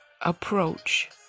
approach